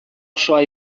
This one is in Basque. osoa